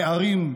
/ בערים,